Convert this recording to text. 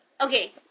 okay